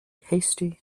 hasty